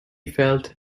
felt